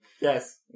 Yes